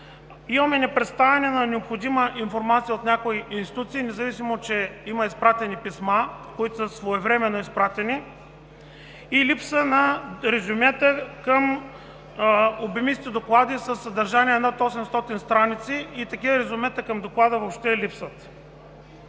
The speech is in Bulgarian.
имаме не представяне на необходима информация от някои институции, независимо че има изпратени писма, които са своевременно изпратени, и липса на резюмета към обемисти доклади със съдържание над 800 страници. Такива резюмета към доклада въобще липсват.